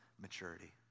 maturity